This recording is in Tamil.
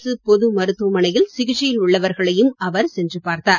அரசுப் பொது மருத்துவ மனையில் சிகிச்சையில் உள்ளவர்களையும் அவர் சென்று பார்த்தார்